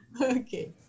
Okay